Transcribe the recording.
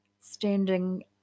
standing